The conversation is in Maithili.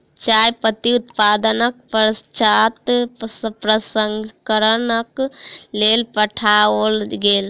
चाय पत्ती उत्पादनक पश्चात प्रसंस्करणक लेल पठाओल गेल